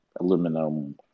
Aluminum